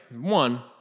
One